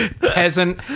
Peasant